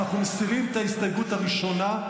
אנחנו מסירים את ההסתייגות הראשונה,